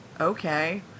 okay